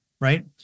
right